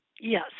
Yes